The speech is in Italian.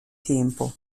tempo